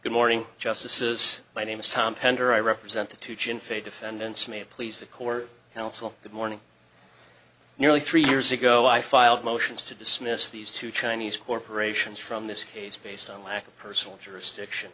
good morning justices my name is tom pender i represent the two chin free defendants may please the court counsel good morning nearly three years ago i filed motions to dismiss these two chinese corporations from this case based on lack of personal jurisdiction